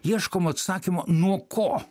ieškom atsakymo nuo ko